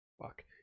Fuck